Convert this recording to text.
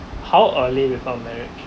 how early with a marriage